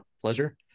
pleasure